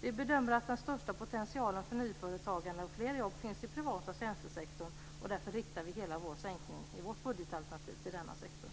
Vi bedömer att den största potentialen för nyföretagande och fler jobb finns inom den privata tjänstesektorn. Därför riktar vi hela sänkningen i vårt budgetalternativ till denna sektor.